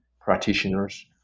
practitioners